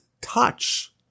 touch